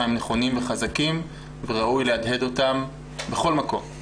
הם נכונים וחזקים וראוי להדהד אותם בכל מקום.